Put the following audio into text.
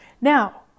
Now